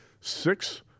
six